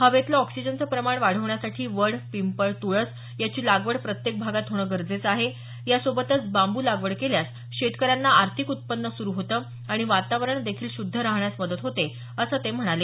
हवेतलं ऑक्सीजनचं प्रमाण वाढवण्यासाठी वड पिंपळ तुळस यांची लागवड प्रत्येक भागात होणं गरजेचं आहे यासोबतच बांबू लागवड केल्यास शेतकऱ्यांना आर्थिक उत्पन्न सुरु होतं आणि वातावरण देखील शुद्ध राहण्यास मदत होते असं ते म्हणाले